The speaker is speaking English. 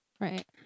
Right